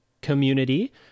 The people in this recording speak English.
community